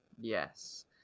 Yes